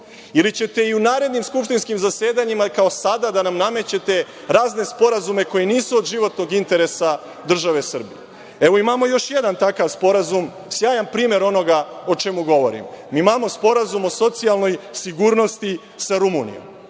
ili ćete i u narednim skupštinskim zasedanjima, kao sada, da nam namećete razne sporazume koji nisu od životnog interesa države Srbije? Evo, imamo još jedan takav sporazum, sjajan primer onoga o čemu govorim. Imamo sporazum o socijalnoj sigurnosti sa Rumunijom.